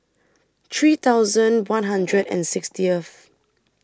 three thousand one hundred and sixtieth